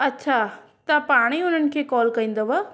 अच्छा तव्हां पाण ई उन्हनि खे कॉल कंदव